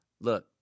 Look